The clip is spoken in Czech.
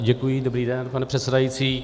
Děkuji, dobrý den, pane předsedající.